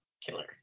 killer